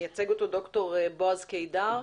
מייצג אותו ד"ר בעז קידר,